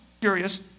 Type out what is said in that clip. curious